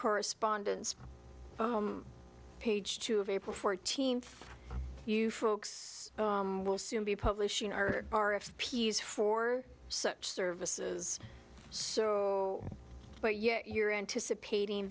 correspondence page two of april fourteenth you folks will soon be publishing r r if p's for such services but yet you're anticipating